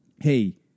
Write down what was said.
Hey